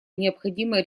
необходимо